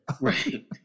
Right